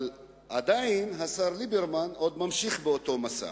אבל עדיין, השר ליברמן ממשיך באותו מסע.